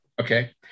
Okay